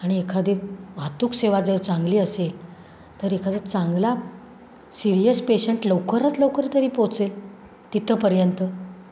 आणि एखादी वाहतूक सेवा जर चांगली असेल तर एखादा चांगला सिरियस पेशंट लवकरात लवकर तरी पोहचेल तिथपर्यंत